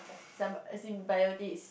as in biotic is